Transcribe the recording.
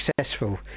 successful